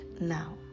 now